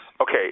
Okay